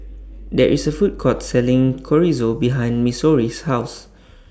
There IS A Food Court Selling Chorizo behind Missouri's House